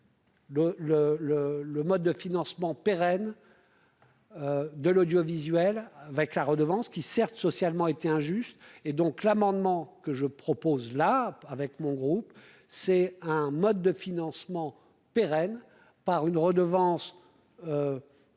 le mode de financement pérenne. De l'audiovisuel, avec la redevance qui certes socialement été injuste et donc l'amendement que je propose là avec mon groupe, c'est un mode de financement pérenne par une redevance